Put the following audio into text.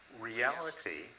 reality